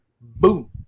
Boom